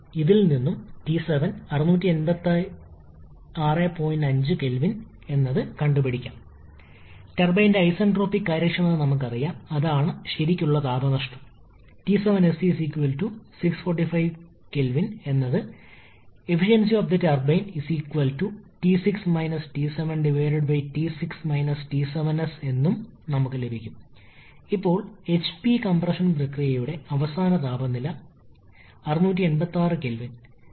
അനുയോജ്യമായ വാതകം എന്നാൽ നമുക്ക് ഉപയോഗിക്കാൻ കഴിയും Pv RT or PV mRT അതുപോലെ ഫോർ ഐസൻട്രോപിക് കംപ്രഷൻ നമുക്ക് ആപേക്ഷികത ഉപയോഗപ്പെടുത്താം Pvn constant വാസ്തവത്തിൽ ഐസന്റ്രോപിക്ക് പകരം നമുക്ക് ഒരു പോളിട്രോപിക് രീതിയിൽ ചെയ്യാം അതിനാൽ നമ്മൾ സൂചിക n ഇടുന്നു